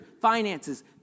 finances